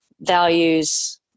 Values